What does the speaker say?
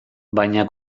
baina